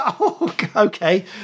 Okay